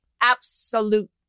absolute